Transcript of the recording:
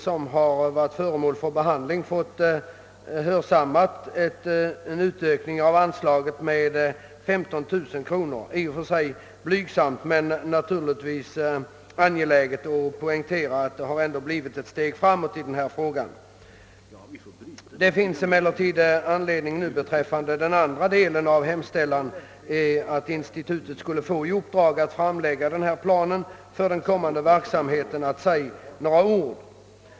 Utskottet har hörsammat vårt motionskrav på en ökning av anslaget med 15 000 kronor. Det är en: blygsam framgång men ändå ett steg framåt, vilket naturligtvis är angeläget att poängtera. Det finns emellertid anledning att säga några ord beträffande den andra delen av vår hemställan, nämligen att institutet skulle få i uppdrag att framlägga en plan för sin kommande verksamhet.